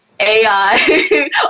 AI